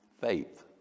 Faith